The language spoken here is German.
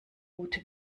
rote